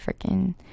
freaking